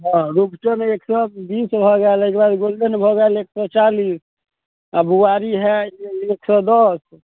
हँ रुपचन एक सए बीस भऽ गेल अइके बाद गोल्डेन भऽ गेल एक सए चालिस आओर बुआरी हए एक सए दस